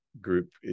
group